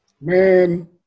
man